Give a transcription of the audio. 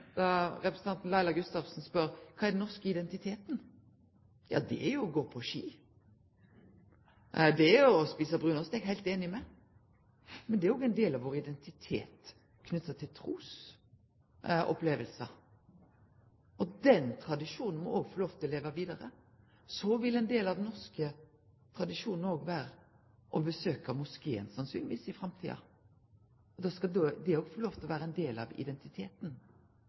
den norske identiteten? Ja, det er å gå på ski, det er å ete brunost. Det er eg heilt einig i. Men ein del av vår identitet er knytt til trusopplevingar, og den tradisjonen må òg få lov til å leve vidare. Så vil sannsynlegvis ein del av den norske tradisjonen i framtida vere å besøke moskeen, og da skal det òg få lov til å vere ein del av identiteten.